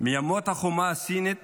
מימות החומה הסינית